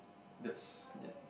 that's ya